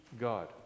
God